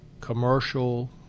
commercial